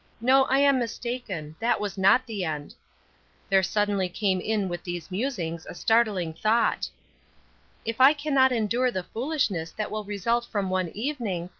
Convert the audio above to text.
no, i am mistaken, that was not the end there suddenly came in with these musings a startling thought if i cannot endure the foolishness that will result from one evening,